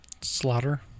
slaughter